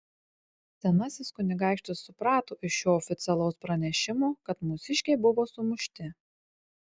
senasis kunigaikštis suprato iš šio oficialaus pranešimo kad mūsiškiai buvo sumušti